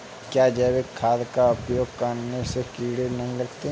क्या जैविक खाद का उपयोग करने से कीड़े नहीं लगते हैं?